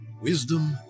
wisdom